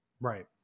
Right